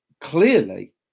clearly